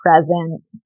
present